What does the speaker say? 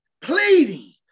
Pleading